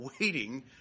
Waiting